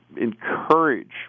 encourage